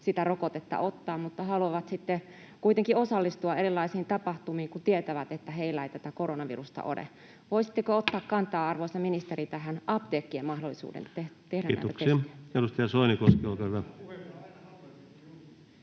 sitä rokotetta ottaa mutta haluavat kuitenkin osallistua erilaisiin tapahtumiin, kun tietävät, että heillä ei tätä koronavirusta ole. Voisitteko ottaa kantaa, arvoisa ministeri, tähän apteekkien mahdollisuuteen tehdä näitä testejä? Kiitoksia. — Edustaja Soinikoski, olkaa hyvä.